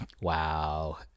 Wow